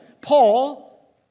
Paul